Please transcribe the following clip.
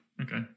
okay